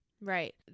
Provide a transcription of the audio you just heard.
Right